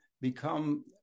become